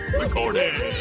recording